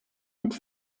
mit